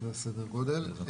זה סדר הגודל.